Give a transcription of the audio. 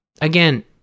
Again